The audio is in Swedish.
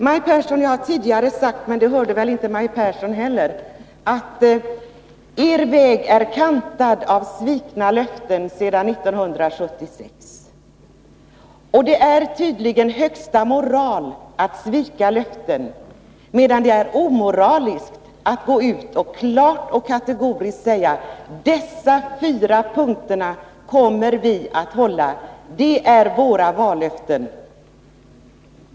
Jag har tidigare sagt — Maj Pehrsson hörde väl inte heller det — att er väg är kantad av svikna löften sedan 1976. Och det är tydligen högsta moral att svika löften, medan det är omoraliskt att gå ut och klart och kategoriskt säga: Dessa fyra punkter kommer vi att hålla fast vid, de är våra vallöften.